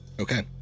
Okay